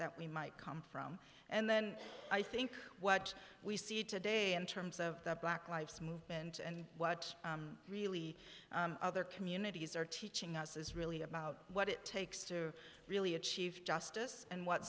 that we might come from and then i think what we see today in terms of the black life's movement and what really other communities are teaching us is really about what it takes to really achieve justice and what